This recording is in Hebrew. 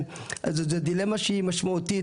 זו דילמה שהיא משמעותית,